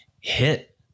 hit